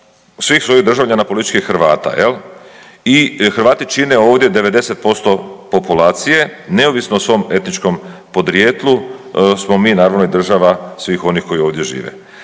svih svojih državljana, politički Hrvata, je li? I Hrvati čine ovdje 90% populacije neovisno o svom etničkom podrijetlu, smo mi naravno i država svih onih koji ovdje žive.